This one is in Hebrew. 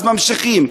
אז ממשיכים.